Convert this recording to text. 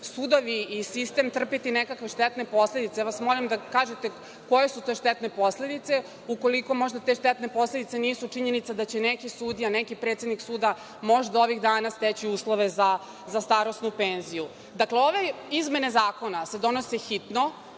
sudovi i sistem trpeti nekakve štetne posledice. Molim vas da kažete koje su to štetne posledice, ukoliko možda te štetne posledice nisu činjenica da će neki sudija, neki predsednik suda možda ovih dana steći uslove za starosnu penziju. Ove izmene Zakona se donose hitno,